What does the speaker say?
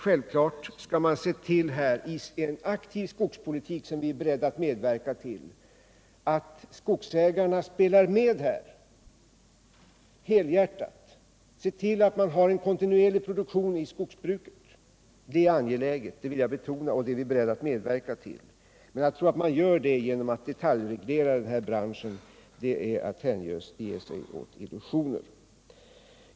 Självfallet skall man i en aktiv skogspolitik, som vi är beredda att medverka till, se till att skogsägarna spelar med helhjärtat och att det blir en kontinuerlig produktion i skogsbruket. Jag vill betona att det är angeläget, och jag är alltså beredd att medverka till detta. Men att tro att man gör det genom att detaljreglera denna bransch är att hänge sig åt illusioner.